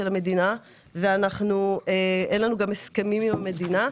המדינה ואין לנו גם הסכמים עם המדינה.